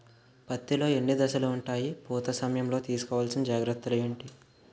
పత్తి లో ఎన్ని దశలు ఉంటాయి? పూత సమయం లో తీసుకోవల్సిన జాగ్రత్తలు ఏంటి?